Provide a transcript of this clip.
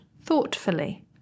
thoughtfully